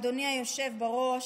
אדוני היושב בראש,